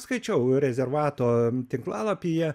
skaičiau rezervato tinklalapyje